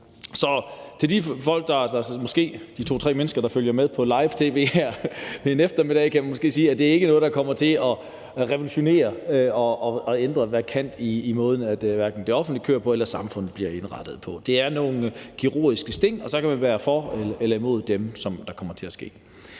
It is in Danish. to til tre mennesker – der følger med på live-tv her en eftermiddag, kan jeg sige, at det ikke er noget, der kommer til at revolutionere og markant ændre hverken måden, det offentlige kører på, eller måden, samfundet bliver indrettet på. Det er nogle kirurgiske sting – og så kan man være for eller imod dem – som kommer til at ske.